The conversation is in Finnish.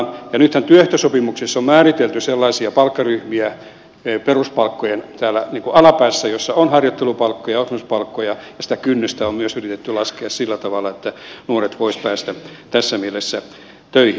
ja nythän työehtosopimuksissa on määritelty sellaisia palkkaryhmiä peruspalkkojen alapäässä joissa on harjoittelupalkkoja oppisopimuspalkkoja ja sitä kynnystä on myös yritetty laskea sillä tavalla että nuoret voisivat päästä tässä mielessä töihin